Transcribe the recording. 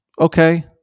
Okay